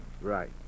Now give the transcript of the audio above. Right